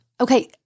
Okay